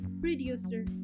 producer